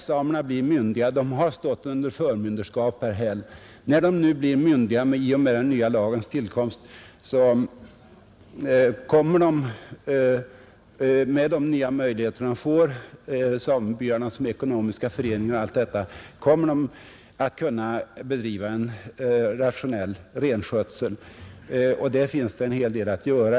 Samerna har tidigare stått under förmyndare och när de nu äntligen blir myndiga i och med den nya lagens tillkomst, med de möjligheter den ger dem — samebyarna som ekonomiska föreningar osv. — kommer de att kunna bedriva rationell renskötsel. Därvidlag finns en hel del att göra.